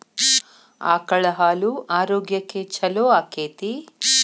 ಆಕಳ ಹಾಲು ಆರೋಗ್ಯಕ್ಕೆ ಛಲೋ ಆಕ್ಕೆತಿ?